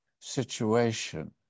situation